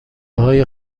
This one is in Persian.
های